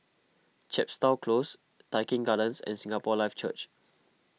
Chepstow Close Tai Keng Gardens and Singapore Life Church